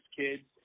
kids